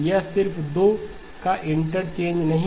यह सिर्फ दो का इंटरचेंज नहीं है